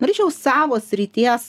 norėčiau savo srities